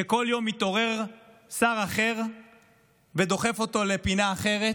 שבכל יום מתעורר שר אחר ודוחף אותו לפינה אחרת,